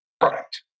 product